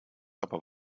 aber